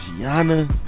Gianna